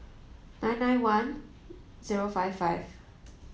nine nine one zero five five